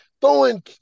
throwing